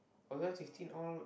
two thousand sixteen all